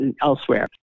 elsewhere